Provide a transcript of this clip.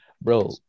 Bro